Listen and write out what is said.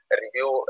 review